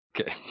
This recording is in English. Okay